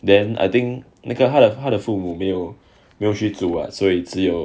then I think 那个他的他的父母没有没有去住所以只有